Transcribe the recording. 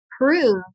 prove